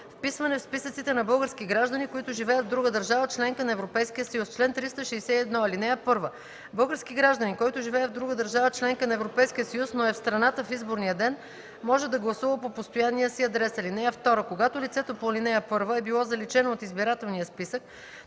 „Вписване в списъците на български граждани, които живеят в друга държава – членка на Европейския съюз Чл. 361. (1) Български гражданин, който живее в друга държава – членка на Европейския съюз, но е в страната в изборния ден, може да гласува по постоянния си адрес. (2) Когато лицето по ал. 1 е било заличено от избирателния списък,